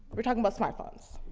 we're talking about smartphones.